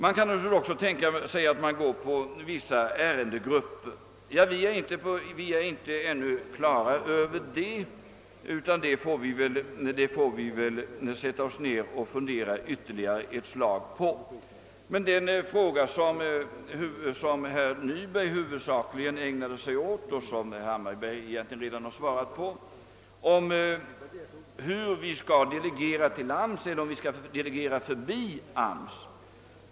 Man kan naturligtvis också tänka sig att vissa ärendegrupper får avgöras av arbetsmarknadsstyrelsen och de övriga av Kungl. Maj:t. Vi är inte på det klara med hur denna avgränsning skall ske, utan det får vi fundera ytterligare på. Men den fråga som herr Nyberg huvudsakligen ägnade sig åt och som herr Hammarberg egentligen redan har svarat på var, om vi skall delegera till arbetsmarknadsstyrelsen eller om vi skall delegera förbi AMS.